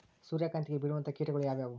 ಸೂರ್ಯಕಾಂತಿಗೆ ಬೇಳುವಂತಹ ಕೇಟಗಳು ಯಾವ್ಯಾವು?